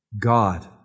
God